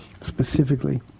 specifically